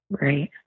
Right